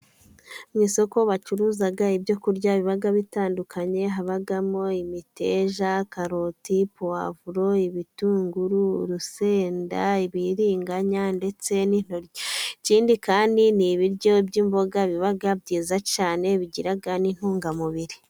Mu isoko bacuruza ibyo kurya biba bitandukanye, habamo imiteja, karoti puwavuro, ibitunguru, urusenda , ibibiringanya, ndetse n'intoryi. Ikindi kandi ni ibiryo by'imboga, biba byiza cyane bigira n'intungamubiri.